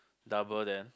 double then